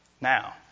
Now